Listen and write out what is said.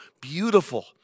beautiful